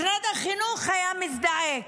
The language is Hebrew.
משרד החינוך היה מזדעק.